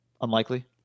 unlikely